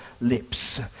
lips